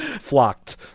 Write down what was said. Flocked